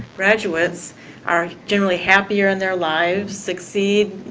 graduates are generally happier in their lives, succeed,